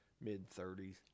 mid-30s